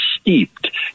steeped